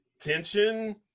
tension